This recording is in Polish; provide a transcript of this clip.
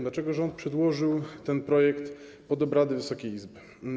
Dlaczego rząd przedłożył ten projekt pod obrady Wysokiej Izby?